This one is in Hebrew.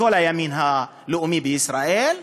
וכל הימין הלאומי בישראל,